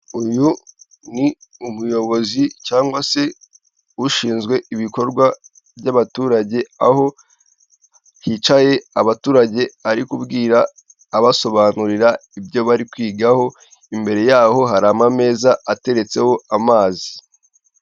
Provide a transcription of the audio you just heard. Uyu ni umuyobozi cyangwa se ushinzwe ibikorwa by'abaturage, aho hicaye abaturage ari kubwira, abasobanurira ibyo bari kwigaho, imbere yaho hari amameza ateretseho amazi.